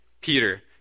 Peter